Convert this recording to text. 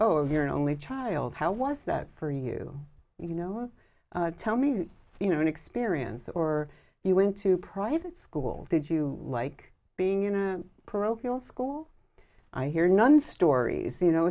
if you're an only child how was that for you you know tell me you know an experience or you went to private school did you like being in a parochial school i hear none stories you know